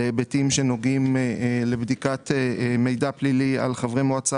להיבטים שנוגעים לבדיקת מידע פלילי על חברי מועצה